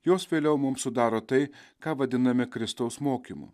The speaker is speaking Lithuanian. jos vėliau mums sudaro tai ką vadiname kristaus mokymu